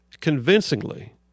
convincingly